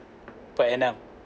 per annum